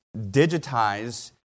digitize